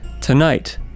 Tonight